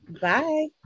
Bye